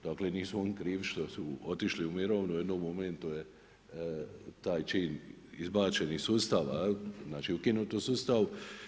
Dakle, nisu oni krivi što su oni otišli u mirovinu u jednom momentu je taj čin izbačen iz sustava, znači ukinut u sustavu.